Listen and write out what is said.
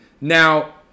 Now